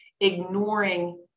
ignoring